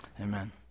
Amen